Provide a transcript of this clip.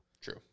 True